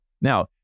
Now